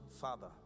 Father